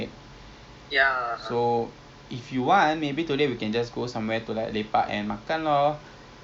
eh I didn't know [tau] ubin ada macam malay punya makcik jual I just recently found out I'm like what